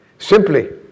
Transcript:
Simply